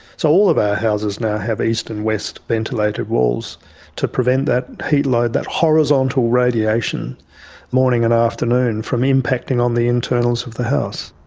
so all of our houses now have east and west ventilated walls to prevent that heat load that horizontal radiation morning and afternoon from impacting on the internals of the house.